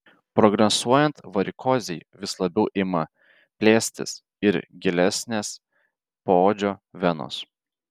progresuojant varikozei vis labiau ima plėstis ir gilesnės poodžio venos